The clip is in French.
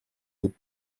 les